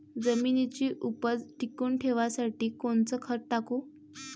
जमिनीची उपज टिकून ठेवासाठी कोनचं खत टाकू?